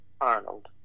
Arnold